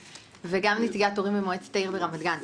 וגם נציגת הורים במועצת העיר ברמת גן.